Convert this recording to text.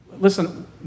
Listen